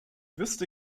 wüsste